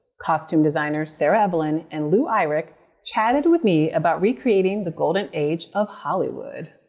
costume designers sarah evelyn and lou eyrich chatted with me about recreating the golden age of hollywood.